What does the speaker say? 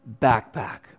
backpack